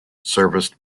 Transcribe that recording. serviced